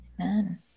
amen